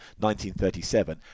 1937